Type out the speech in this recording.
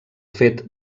fet